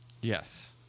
Yes